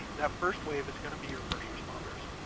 that first wave is gonna be your first responders.